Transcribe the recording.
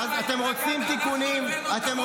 אז בוא